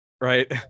right